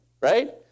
Right